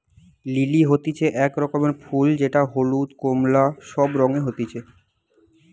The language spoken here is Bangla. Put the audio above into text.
লিলি হতিছে এক রকমের ফুল যেটা হলুদ, কোমলা সব রঙে হতিছে